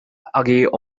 agaibh